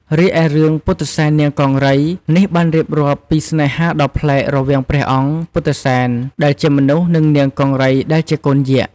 រីឯរឿង ពុទ្ធិសែននាងកង្រី នេះបានរៀបរាប់ពីស្នេហាដ៏ប្លែករវាងព្រះអង្គ ពុទ្ធិសែន ដែលជាមនុស្ស និង នាង កង្រី ដែលជាកូនយក្ស។